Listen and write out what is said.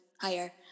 higher